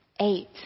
Eight